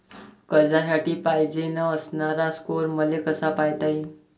कर्जासाठी पायजेन असणारा स्कोर मले कसा पायता येईन?